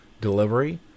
delivery